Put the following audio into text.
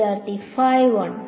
വിദ്യാർത്ഥി ഫൈ 1